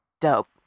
Dope